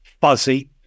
fuzzy